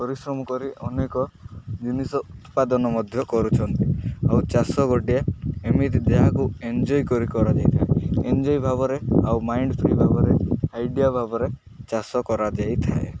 ପରିଶ୍ରମ କରି ଅନେକ ଜିନିଷ ଉତ୍ପାଦନ ମଧ୍ୟ କରୁଛନ୍ତି ଆଉ ଚାଷ ଗୋଟିଏ ଏମିତି ଯାହାକୁ ଏନ୍ଜୟ କରି କରାଯାଇଥାଏ ଏନ୍ଜୟ ଭାବରେ ଆଉ ମାଇଣ୍ଡ ଫ୍ରି ଭାବରେ ଆଇଡ଼ିଆ ଭାବରେ ଚାଷ କରାଯାଇଥାଏ